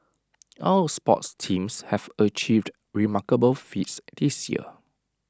our sports teams have achieved remarkable feats this year